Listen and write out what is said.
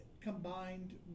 combined